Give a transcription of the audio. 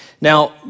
Now